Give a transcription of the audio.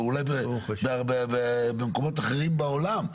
אבל אולי במקומות אחרים בעולם,